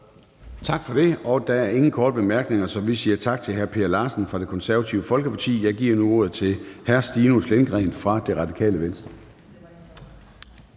Tak for det. Der er ingen korte bemærkninger, så vi siger tak til hr. Per Larsen fra Det Konservative Folkeparti. Jeg giver nu ordet til hr. Stinus Lindgreen fra Radikale Venstre.